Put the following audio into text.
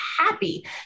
happy